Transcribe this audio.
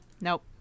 Nope